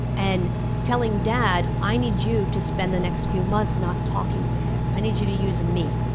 and telling dad i need you to spend the next few months not talking to him, i need you to use me.